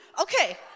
Okay